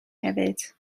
hefyd